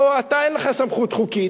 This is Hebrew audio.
הלוא לך אין סמכות חוקית.